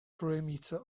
perimeter